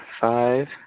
five